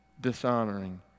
dishonoring